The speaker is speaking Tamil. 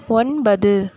ஒன்பது